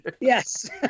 Yes